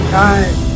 time